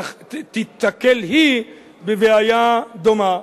תיתקל בבעיה דומה,